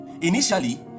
Initially